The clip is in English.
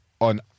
on